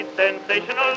Sensational